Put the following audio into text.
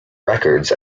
records